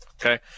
Okay